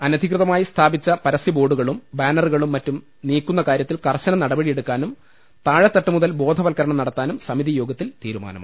അനധികൃത മായി സ്ഥാപിച്ച പരസ്യബോർഡുകളും ബാനറുകളും മറ്റും നീക്കുന്ന കാര്യത്തിൽ കർശന നടപടിയെടുക്കാനും താഴെത്തട്ടു മുതൽ ബോധവത്കരണം നടത്താനും സമിതി യോഗത്തിൽ തീരു മാനമായി